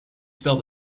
spell